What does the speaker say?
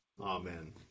Amen